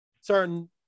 certain